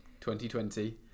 2020